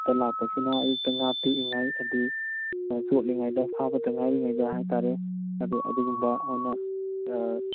ꯑꯌꯨꯛꯇ ꯂꯥꯛꯄꯁꯤꯅ ꯑꯌꯨꯛꯇ ꯉꯥ ꯇꯦꯛꯏꯉꯩ ꯍꯥꯏꯗꯤ ꯆꯣꯠꯂꯤꯉꯩꯗ ꯐꯕꯇ ꯉꯥꯏꯔꯤꯉꯩꯗ ꯍꯥꯏꯇꯥꯔꯦ ꯑꯗꯣ ꯑꯗꯨꯒꯨꯝꯕ ꯑꯣꯏꯅ